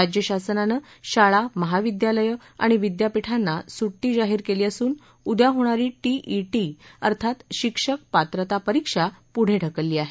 राज्य शासनानं शाळा महाविद्यालयं आणि विद्यापीठांना सुड्डी जाहीर केली असून उद्या होणारी अर्थात शिक्षक पात्रता परिक्षा पुढे ढकलली आहे